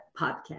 Podcast